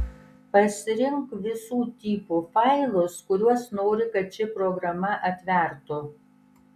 pasirink visų tipų failus kuriuos nori kad ši programa atvertų